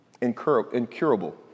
Incurable